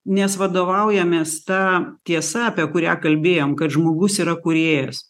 nes vadovaujamės ta tiesa apie kurią kalbėjom kad žmogus yra kūrėjas